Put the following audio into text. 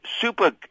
super